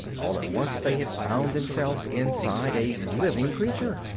all at once they had found themselves inside a living creature,